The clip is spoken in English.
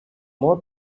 more